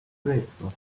graceful